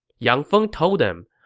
yang feng told them,